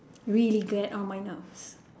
really get on my nerves